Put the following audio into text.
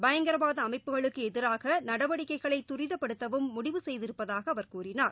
பயங்கரவாத அமைப்புகளுக்கு எதிராக நடவடிக்கைகளை தரிதப்படுத்தவும் முடிவு செய்திருப்பதாக அவர் கூறினார்